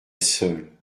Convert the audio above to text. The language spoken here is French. seule